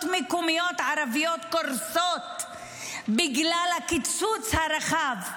מקומיות ערביות קורסות בגלל הקיצוץ הרחב,